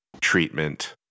treatment